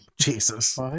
Jesus